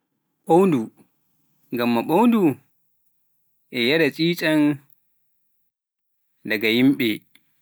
Ɓouwɗum ngamma bouɗum e yara tchitchan e ɓandu yimɓe.